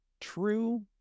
true